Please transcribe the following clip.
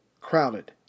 crowded